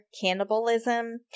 cannibalism